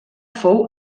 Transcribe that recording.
fou